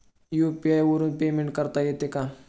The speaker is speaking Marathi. यु.पी.आय वरून पेमेंट करता येते का?